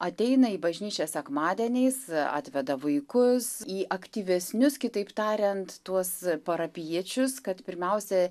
ateina į bažnyčią sekmadieniais atveda vaikus į aktyvesnius kitaip tariant tuos parapijiečius kad pirmiausia